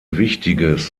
wichtiges